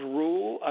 rule